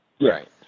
Right